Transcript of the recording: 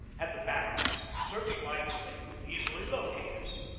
had the bat teries search-lights they could easily locate us,